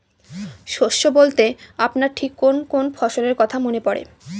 শস্য বলতে আপনার ঠিক কোন কোন ফসলের কথা মনে পড়ে?